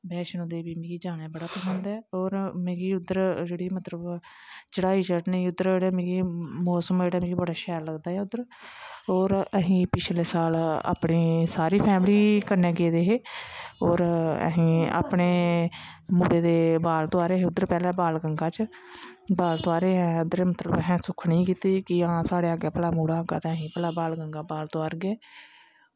बैष्णों माता मिगी जानां बड़ा पसंद ऐ और मिगी जेह्ड़ी उध्दर चढ़ाई चढ़नी मौसम जेह्ड़ा मिगी बड़ा शैल लगदा ऐ उद्धर और अस पिछले साल सारी फैमली कन्नै गेदे हे और अस अपने मुड़े दा बाल तुआरे हे उद्धर बाल गंगां च बाल तोआरे हे मतलवअसें सुक्खन ही कीती दी हां साढ़े अग्गै मुड़ा होग ते अस बाल गंगा बाल तोआरगे